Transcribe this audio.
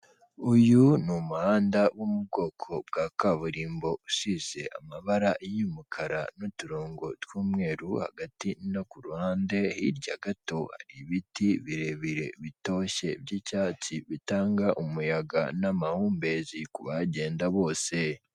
Uyu ni umuhanda wo mu bwoko bwa kaburimbo usize amabara y'umukara n'uturongo tw'umweru hagati no ku ruhande, hirya gato hari ibiti birebire, bitoshye, by'icyatsi bitanga umuyaga n'amahumbezi ku bahagenda bose.